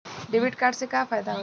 Debit card से का फायदा होई?